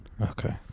Okay